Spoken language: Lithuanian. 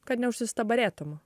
kad neužsistabarėtum